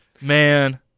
man